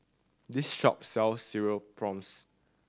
this shop sells Cereal Prawns